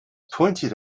pointed